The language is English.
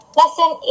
lesson